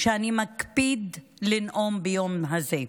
אני מקפיד לנאום ביום הזה.